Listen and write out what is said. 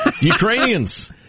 Ukrainians